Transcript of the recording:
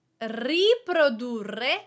Riprodurre